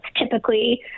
typically